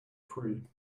free